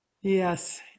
Yes